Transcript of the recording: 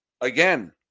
again